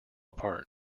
apart